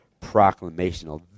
proclamational